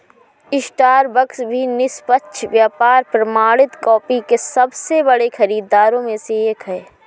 Starbucks भी निष्पक्ष व्यापार प्रमाणित कॉफी के सबसे बड़े खरीदारों में से एक है